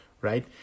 right